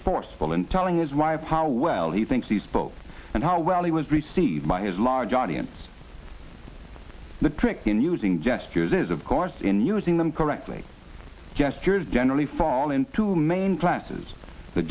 forceful in telling is why of how well he thinks he spoke and how well he was received by his large audience the trick in using gestures is of course in using them correctly gestures generally fall into main classes the